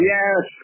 Yes